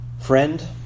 Friend